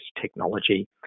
technology